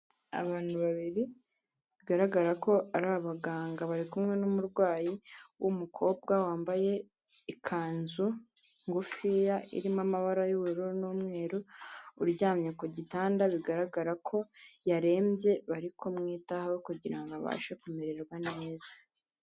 Abantu babiri bigaragara ko ari abaganga bari kumwe n'umurwayi w'umukobwa wambaye ikanzu ngufiya irimo amabara y'ubururu n'umweru uryamye ku gitanda bigaragara ko yarembye bari kumwitaho kugira abashe kumererwa neza.